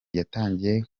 yatangiye